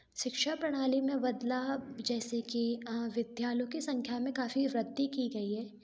शिक्षा प्रणाली में बदलाव जैसे कि अ विद्यालयों की सँख्या में काफ़ी वृद्धि की गई है